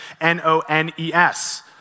N-O-N-E-S